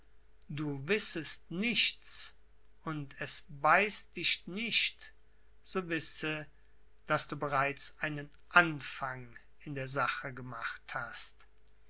du wissest nichts und es beißt dich nicht so wisse daß du bereits einen anfang in der sache gemacht hast